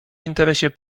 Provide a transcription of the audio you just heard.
interesie